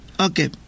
okay